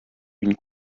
une